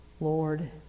Lord